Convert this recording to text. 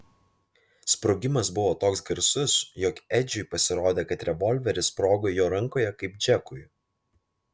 sprogimas buvo toks garsus jog edžiui pasirodė kad revolveris sprogo jo rankoje kaip džekui